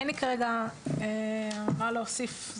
אין לי כרגע מה להוסיף.